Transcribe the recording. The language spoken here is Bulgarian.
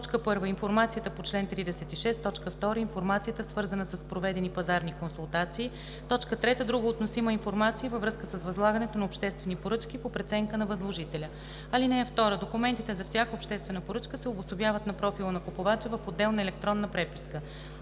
на: 1. информацията по чл. 36; 2. информацията, свързана с проведени пазарни консултации; 3. друга относима информация във връзка с възлагането на обществени поръчки по преценка на възложителя. (2) Документите за всяка обществена поръчка се обособяват на профила на купувача в отделна електронна преписка.“